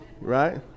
right